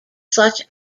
such